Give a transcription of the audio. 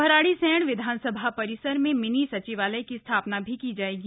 भराड़ीसैंण विधानसभा परिसर में मिनी सचिवालय की स्थापना की जायेगी